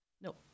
no